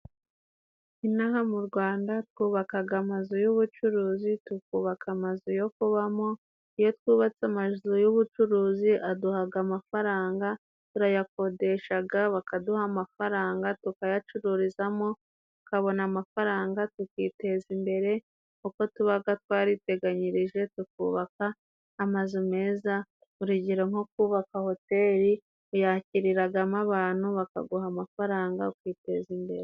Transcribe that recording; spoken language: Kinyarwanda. Inaha mu Rwanda twubaka amazu y'ubucuruzi, tukubaka amazu yo kubamo. Iyo twubatse amazu y'ubucuruzi aduha amafaranga, turayakodesha bakaduha amafaranga, tukayacururizamo tukabona amafaranga, tukiteza imbere kuko tuba twariteganyirije, tukubaka amazu meza. Urugero nko kubaka hoteli, uyakiriramo abantu bakaguha amafaranga ukiteza imbere.